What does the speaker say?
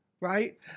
Right